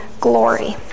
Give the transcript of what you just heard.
glory